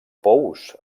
pous